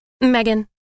Megan